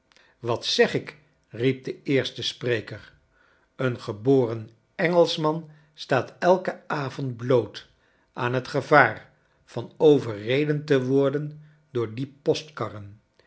jwat zeg ik riep do eerste spreker een geboren engelschman staat elken avond bloot aan het gevaar van overreden te worden door die